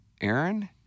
Aaron